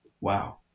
Wow